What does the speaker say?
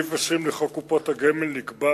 בסעיף 20 לחוק קופות הגמל נקבע